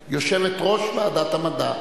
לידה,